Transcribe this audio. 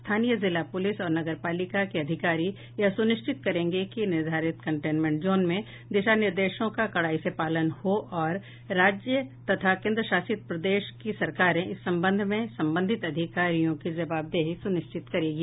स्थानीय जिला पुलिस और नगरपालिका के अधिकारी यह सुनिश्चित करेंगे कि निर्धारित कंटेन्मेंट जोन में दिशानिदेशों का कड़ाई से पालन हो और राज्य तथा केंद्रशासित प्रदेश की सरकारें इस संबंध में संबंधित अधिकारियों की जवाबदेही सुनिश्चित करेंगी